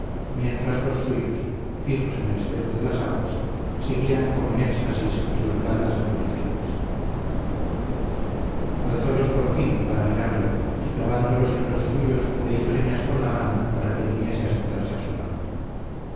mientras los suyos fijos en el espejo de las aguas seguían como en éxtasis sus blandas ondulaciones alzólos por fin para mirarle y clavándolos en los suyos le hizo señas con la mano para que viniese a sentarse a su lado